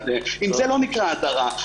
זאת לא נקראת הדרה?